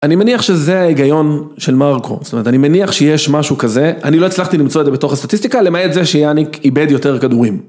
אני מניח שזה ההיגיון של מרקו, זאת אומרת אני מניח שיש משהו כזה, אני לא הצלחתי למצוא את זה בתוך הסטטיסטיקה למעט זה שיאניק איבד יותר כדורים.